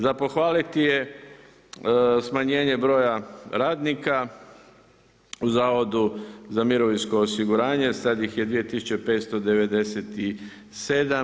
Za pohvaliti je smanjenje broja radnika u Zavodu za mirovinsko osiguranje, sad ih je 2597.